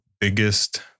biggest